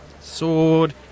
sword